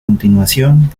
continuación